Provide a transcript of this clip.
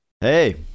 Hey